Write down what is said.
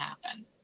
happen